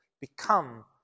become